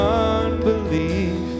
unbelief